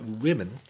women